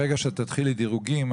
ברגע שתתחילי דירוגים,